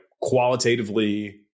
qualitatively